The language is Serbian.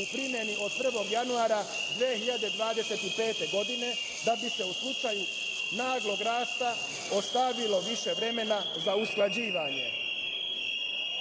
u primeni od 1. januara 2025. godine da bi se u slučaju naglog rasta ostavilo više vremena za usklađivanje. Kada